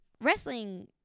wrestling